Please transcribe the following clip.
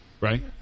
right